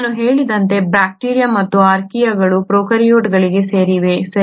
ನಾನು ಹೇಳಿದಂತೆ ಬ್ಯಾಕ್ಟೀರಿಯಾ ಮತ್ತು ಆರ್ಕಿಯಾಗಳು ಪ್ರೊಕಾರ್ಯೋಟ್ಗಳಿಗೆ ಸೇರಿವೆ ಸರಿ